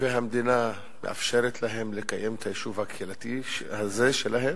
והמדינה מאפשרת להם לקיים את היישוב הקהילתי הזה שלהם.